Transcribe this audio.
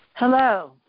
Hello